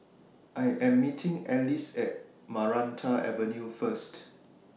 I Am meeting Alcee At Maranta Avenue First